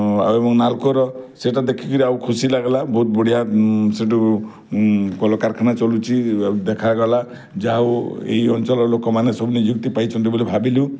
ଆଉ ନାଲ୍କୋର ସେଇଟା ଦେଖିକିରି ଆଉ ଖୁସି ଲାଗିଲା ବହୁତ ବଢ଼ିଆ ସେଇଟୁ କଲକାରଖାନା ଚଲୁଛି ଆଉ ଦେଖାଗଲା ଯାହା ହଉ ଏଇ ଅଞ୍ଚଲର ଲୋକମାନେ ସବୁ ନିଯୁକ୍ତି ପାଇଛନ୍ତି ବୋଲି ଭାବିଲୁ